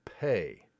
Pay